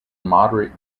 moderate